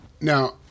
Now